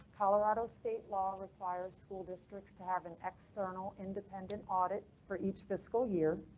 colorado state law requires school districts to have an external independent audit for each fiscal year.